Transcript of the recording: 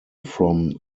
from